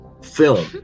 film